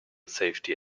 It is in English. safety